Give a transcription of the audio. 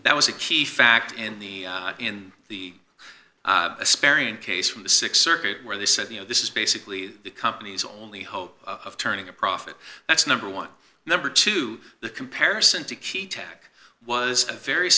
that was a key fact in the in the sparing case from the th circuit where they said you know this is basically the company's only hope of turning a profit that's number one number two the comparison to key tech was a very